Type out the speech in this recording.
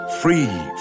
Free